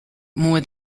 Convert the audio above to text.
more